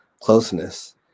closeness